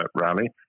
Rally